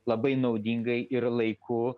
labai naudingai ir laiku